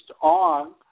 on